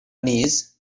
knees